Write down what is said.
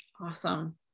Awesome